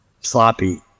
sloppy